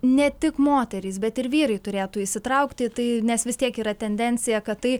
ne tik moterys bet ir vyrai turėtų įsitraukti į tai nes vis tiek yra tendencija kad tai